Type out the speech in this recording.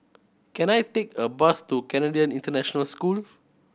can I take a bus to Canadian International School